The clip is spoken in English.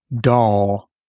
doll